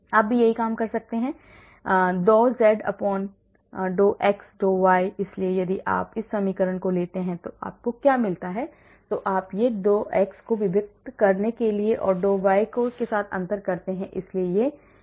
आप भी यही काम कर सकते हैं dou z dou x dou y इसलिए यदि आप इस समीकरण को लेते हैं और आपको क्या मिलता है तो आप अब dou x को विभक्त करने के लिए हैं और dou y के साथ अंतर करते हैं इसलिए यह 2 पर आता है